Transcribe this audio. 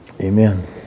Amen